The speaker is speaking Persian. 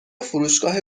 فروشگاه